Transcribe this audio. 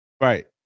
Right